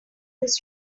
this